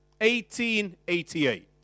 1888